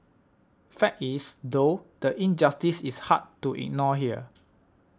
fact is though the injustice is hard to ignore here